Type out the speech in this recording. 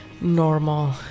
normal